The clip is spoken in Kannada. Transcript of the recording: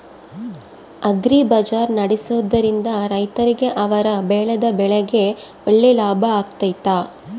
ಅಗ್ರಿ ಬಜಾರ್ ನಡೆಸ್ದೊರಿಂದ ರೈತರಿಗೆ ಅವರು ಬೆಳೆದ ಬೆಳೆಗೆ ಒಳ್ಳೆ ಲಾಭ ಆಗ್ತೈತಾ?